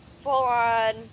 full-on